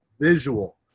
visual